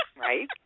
Right